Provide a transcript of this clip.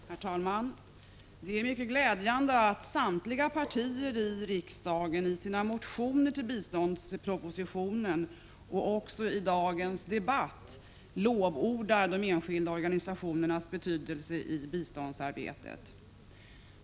Herr talman! Det är mycket glädjande att samtliga partier i riksdagen i sina motioner till biståndspropositionen och också i dagens debatt lovordar de enskilda organisationernas betydelse i biståndsarbetet.